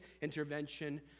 intervention